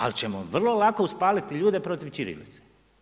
Ali ćemo vrlo lako uspaliti ljude protiv ćirilice.